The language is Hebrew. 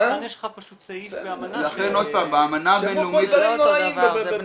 כאן יש לך פשוט סעיף באמנה --- זה לא אותו דבר.